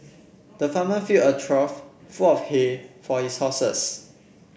the farmer filled a trough full of hay for his horses